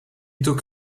took